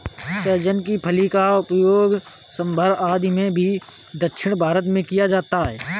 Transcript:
सहजन की फली का प्रयोग सांभर आदि में भी दक्षिण भारत में किया जाता है